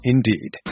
Indeed